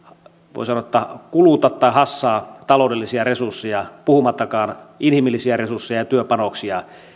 voi sanoa kuluta tai hassaa taloudellisia resursseja puhumattakaan inhimillisiä resursseja ja työpanoksia